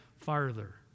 farther